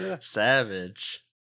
savage